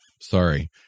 Sorry